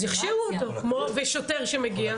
אז יכשירו אותו, כמו שוטר שמגיע.